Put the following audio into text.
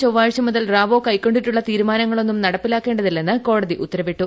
ചൊവ്വാഴ്ച മുതൽ റാവോ കൈക്കൊണ്ടിട്ടുളള തീരുമാനങ്ങളൊന്നും നടപ്പിലാക്കേണ്ടതില്ലെന്ന് കോടതി ഉത്തരവ് ഇട്ടു